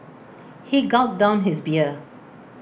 he gulped down his beer